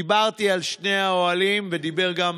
דיברתי על שני האוהלים, ודיבר גם